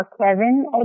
Kevin